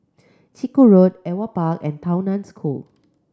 Chiku Road Ewart Park and Tao Nan School